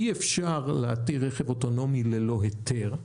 אי-אפשר להתיר רכב אוטונומי ללא היתר.